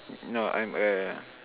no I'm a